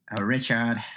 Richard